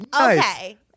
okay